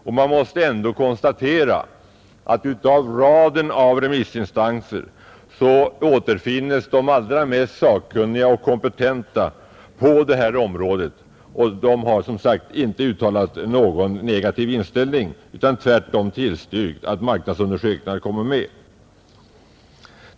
Och i raden av remissinstanser återfinnes de allra mest sakkunniga och kompetenta på det här området, och de har som sagt inte uttryckt någon negativ inställning utan tvärtom tillstyrkt att marknadsundersökningar kommer med.